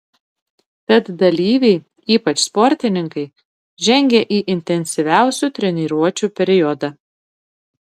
tad dalyviai ypač sportininkai žengia į intensyviausių treniruočių periodą